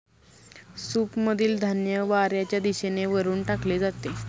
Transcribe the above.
सूपमधील धान्य वाऱ्याच्या दिशेने वरून टाकले जाते